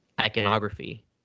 iconography